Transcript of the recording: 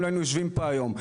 לא היינו יושבים פה היום.